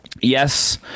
Yes